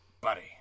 buddy